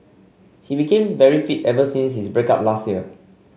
he became very fit ever since his break up last year